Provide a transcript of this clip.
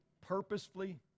purposefully